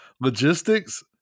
logistics